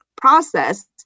process